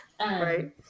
right